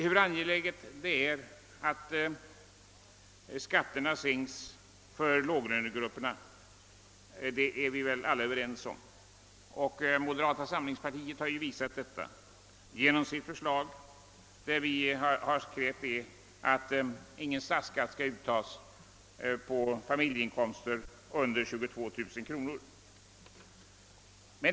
Hur angeläget det är att skatterna sänks för låglönegrupperna är vi väl alla överens om. Moderata samlingspartiet har visat detta genom sitt förslag, vari krävs att ingen statsskatt skall uttas på familjeinkomster under 22 000 kronor.